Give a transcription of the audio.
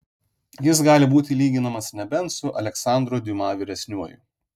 jis gali būti lyginamas nebent su aleksandru diuma vyresniuoju